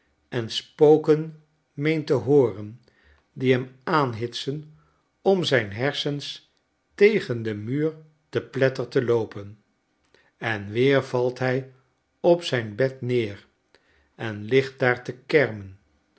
en spoken meent te hooren die hem aanhitsen om zijn hersens tegen den muur te pletter te loopen en weer vait hij op zijn bed neer en ligt daar te kermen